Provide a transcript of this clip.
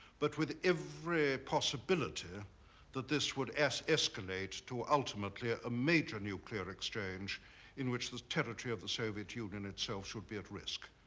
but with every possibility that this would escalate to ultimately a ah major nuclear exchange in which the territory of the soviet union itself should be at risk.